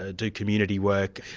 ah do community work',